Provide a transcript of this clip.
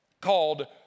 called